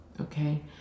Okay